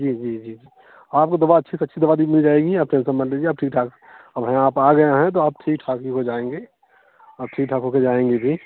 जी जी जी आपको दवा अच्छी से अच्छी भी दवा मिल जाएगी आप टेंसन मत लीजिए आप ठीक ठाक अब यहाँ आप आ गए हैं तो आप ठीक ठाक ही हो जाएंगे और ठीक ठाक हो कर जाएंगे भी